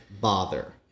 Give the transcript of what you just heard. bother